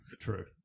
true